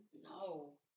No